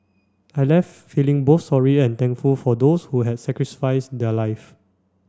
I left feeling both sorry and thankful for those who had sacrificed their lives